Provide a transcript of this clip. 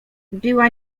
była